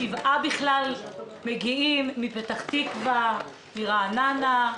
שבעה מגיעים מפתח תקווה, מרעננה.